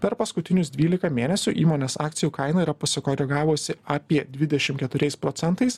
per paskutinius dvylika mėnesių įmonės akcijų kaina yra pasikoregavusi apie dvidešim keturiais procentais